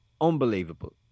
unbelievable